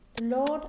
Lord